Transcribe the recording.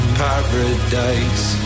paradise